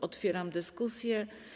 Otwieram dyskusję.